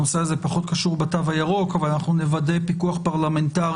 הנושא הזה פחות קשור בתו הירוק אבל אנחנו נוודא פיקוח פרלמנטרי